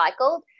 recycled